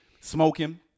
Smoking